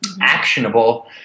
actionable